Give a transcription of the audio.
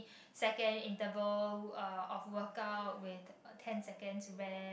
second interval of workup with ten seconds rest